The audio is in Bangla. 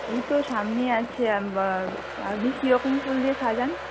এই তো সামনেই আছে আপনি কীরকম ফুল দিয়ে সাজান